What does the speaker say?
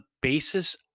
basis